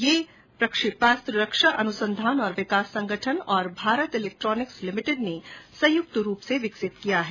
यह प्रक्षेपास्त्र रक्षा अनुसंधान और विकास संगठन तथा भारत इलेक्ट्रॉनिक्स लिमिटेड ने संयुक्त रूप से विकसित किया है